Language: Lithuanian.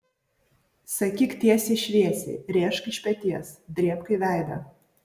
sakyk tiesiai šviesiai rėžk iš peties drėbk į veidą